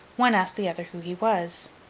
one asked the other who he was?